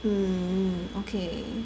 mm mm okay